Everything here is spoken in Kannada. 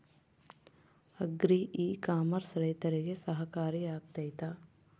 ಅಗ್ರಿ ಇ ಕಾಮರ್ಸ್ ರೈತರಿಗೆ ಸಹಕಾರಿ ಆಗ್ತೈತಾ?